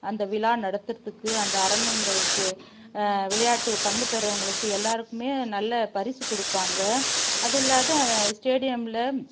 அந்த விழா நடத்துகிறத்துக்கு அந்த அரங்கங்களுக்கு விளையாட்டு பங்கு பெறுகிறவுங்களுக்கு எல்லாேருக்குமே நல்ல பரிசு கொடுப்பாங்க அது இல்லாது ஸ்டேடியமில்